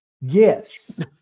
Yes